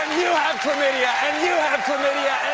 have chlamydia! and you have chlamydia!